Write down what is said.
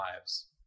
lives